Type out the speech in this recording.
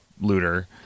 looter